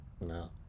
No